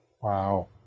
Wow